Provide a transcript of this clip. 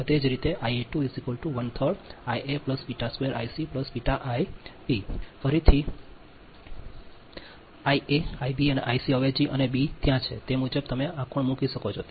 હવે એ જ રીતે ફરીથી Ia Ib Ic અવેજી અને B ત્યાં છે તે મુજબ તમે આ કોણ મૂકી શકો છો